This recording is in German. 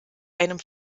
einem